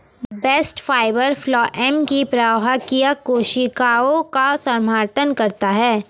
bast fibre phloem की प्रवाहकीय कोशिकाओं का समर्थन करता है